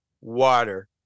water